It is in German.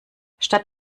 statt